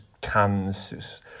cans